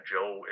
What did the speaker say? Joe